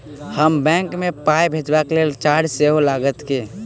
अप्पन बैंक मे पाई भेजबाक लेल चार्ज सेहो लागत की?